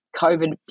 COVID